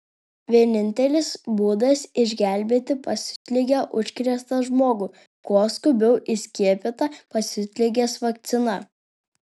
vienintelis būdas išgelbėti pasiutlige užkrėstą žmogų kuo skubiau įskiepyta pasiutligės vakcina